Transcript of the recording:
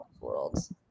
worlds